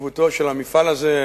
לחשיבותו של המפעל הזה.